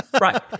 Right